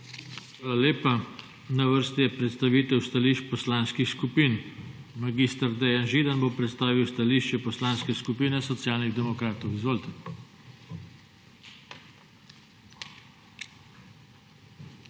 lepa. Na vrsti je predstavitev stališč poslanskih skupin. Mag. Dejan Židan bo predstavil stališče Poslanske skupine Socialnih demokratov. Izvolite.